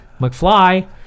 McFly